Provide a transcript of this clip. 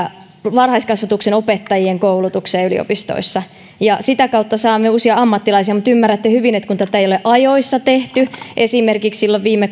varhaiskasvatuksen opettajien koulutukseen yliopistoissa sitä kautta saamme uusia ammattilaisia mutta ymmärrätte hyvin että kun tätä ei ole ajoissa tehty esimerkiksi silloin viime